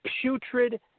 putrid